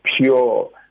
pure